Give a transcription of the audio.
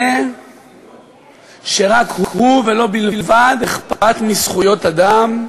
זה שרק הוא ולו בלבד אכפת מזכויות אדם,